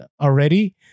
already